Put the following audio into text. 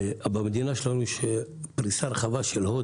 במדינה שלנו יש פריסה רחבה של הוט